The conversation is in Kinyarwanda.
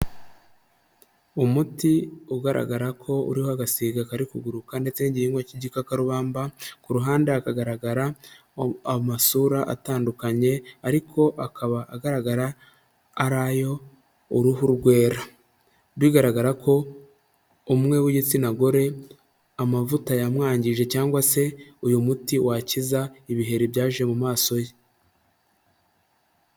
Umuti ugaragara ko uriho agasiga kari kuguruka ndetse n'inigihingwa cy'igikakarubamba, ku ruhande hakagaragara amasura atandukanye ariko akaba agaragara ari ay'uruhu rwera, bigaragara ko umwe w'igitsina gore amavuta yamwangije cyangwa se uyu muti wakiza ibiheri byaje mu maso ye.